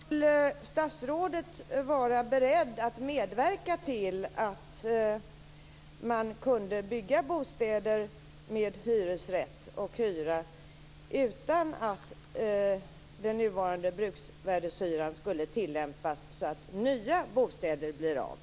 Fru talman! Skulle statsrådet vara beredd att medverka till att man kunde bygga bostäder med hyresrätt utan att den nuvarande bruksvärdeshyran tillämpas, så att nya bostäder kom till?